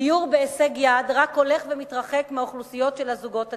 דיור בהישג יד רק הולך ומתרחק מהאוכלוסיות של הזוגות הצעירים.